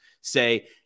say